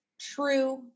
true